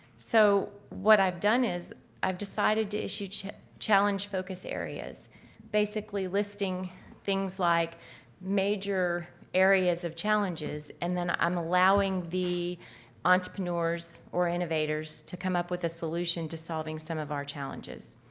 so what i've done is i've decided to issue challenge focus areas basically listing things like major areas of challenges and then i'm allowing the entrepreneurs or innovators to come up with a solution to solving some of our challenges.